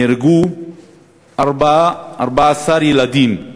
נהרגו 14 ילדים,